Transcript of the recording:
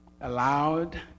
allowed